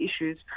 issues